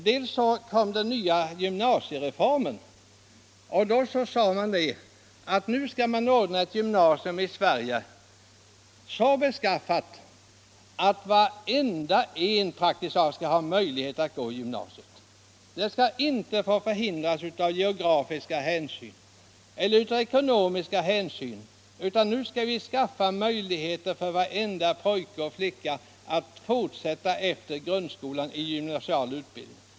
Då kom först och främst den nya gymnasiereformen. Då sades det att man i Sverige skulle få ett gymnasium så beskaffat att praktiskt taget varenda pojke och flicka skulle ha möjlighet att efter grundskolan fortsätta med gymnasial utbildning. Detta skulle inte få hindras av geografiska eller ekonomiska skäl.